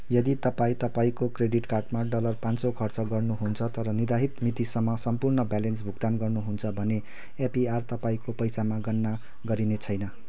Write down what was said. यदि तपाईँ तपाईँको क्रेडिट कार्डमा डलर पाँच सौ खर्च गर्नुहुन्छ तर निर्धारित मितिसम्म सम्पूर्ण ब्यालेन्स भुक्तान गर्नुहुन्छ भने एपिआर तपाईँको पैसामा गणना गरिने छैन